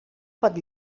pot